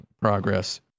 progress